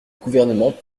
gouvernement